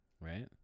right